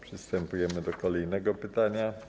Przystępujemy do kolejnego pytania.